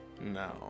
No